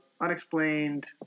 unexplained